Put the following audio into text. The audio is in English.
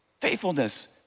faithfulness